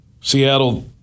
Seattle